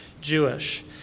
Jewish